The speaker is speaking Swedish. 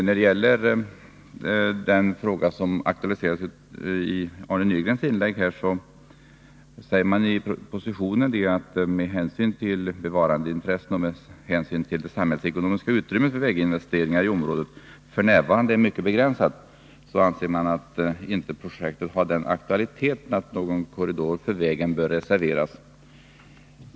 När det gäller den fråga som aktualiseras i Arne Nygrens inlägg sägs det i propositionen att med hänsyn både till bevarandeintressen och till att det samhällsekonomiska utrymmet för väginvesteringar i området f.n. är mycket begränsat, anser man att projektet inte har den aktualitet att någon korridor för vägen bör reserveras.